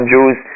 Jews